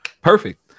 Perfect